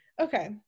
Okay